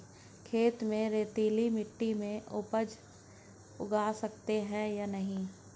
खेत में रेतीली मिटी में उपज उगा सकते हैं या नहीं?